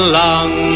long